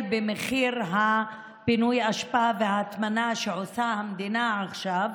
במחיר פינוי האשפה וההטמנה שעושה המדינה עכשיו.